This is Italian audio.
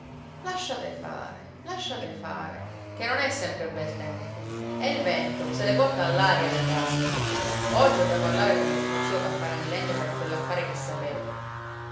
lasciate fare lasciate fare che non è sempre bel tempo e il vento se le porta all'aria le frasche oggi ho da parlare con vostro zio campana di legno per quell'affare che sapete